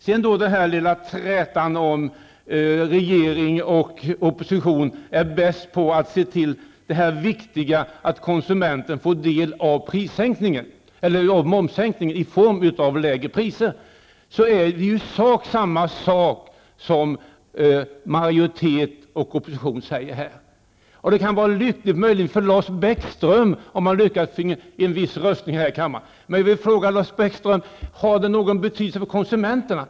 Jag kommer sedan till den lilla trätan om huruvida regeringen eller oppositionen är bäst på att se till den viktiga saken att konsumenterna får del av momssänkningen i form av lägre priser. I sak säger majoritet och opposition samma sak här. Det kan möjligen vara lyckligt för Lars Bäckström att få en viss röstning här i kammaren. Men jag vill fråga Lars Bäckström: Har det någon betydelse för konsumenterna?